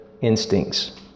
instincts